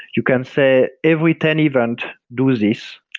you can say, every ten event do this.